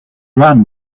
ran